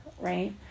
right